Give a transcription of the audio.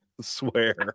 swear